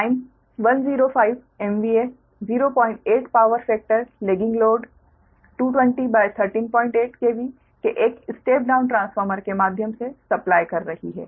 line 105 MVA 08 power factor lagging load 220138 KV के एक step down transformer के माध्यम से सप्लाइ कर रही है